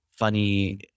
funny